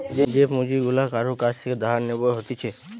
যে পুঁজি গুলা কারুর কাছ থেকে ধার নেব হতিছে